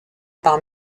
par